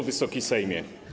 Wysoki Sejmie!